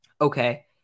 okay